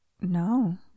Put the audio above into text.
no